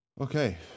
Okay